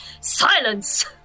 Silence